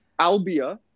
Albia